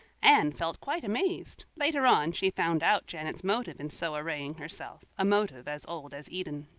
anne felt quite amazed. later on, she found out janet's motive in so arraying herself a motive as old as eden.